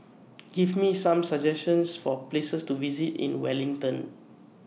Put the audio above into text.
Give Me Some suggestions For Places to visit in Wellington